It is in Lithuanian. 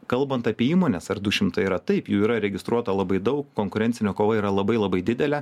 kalbant apie įmones ar du šimtai yra taip jų yra registruota labai daug konkurencinė kova yra labai labai didelė